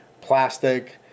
plastic